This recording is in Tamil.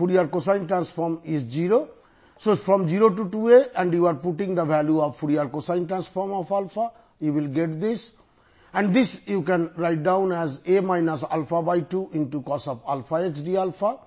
ஒரு எடுத்துக்காட்டை பார்க்கலாம்